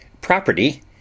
property